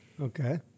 Okay